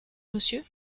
monsieur